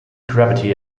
gravity